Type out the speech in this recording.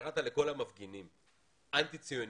וקראת לכל המפגינים אנטי-ציוניים,